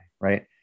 right